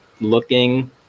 looking